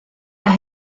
las